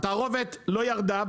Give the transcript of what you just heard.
התערובת לא ירדה,